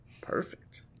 perfect